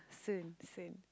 soon soon